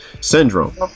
syndrome